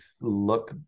look